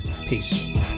Peace